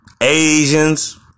Asians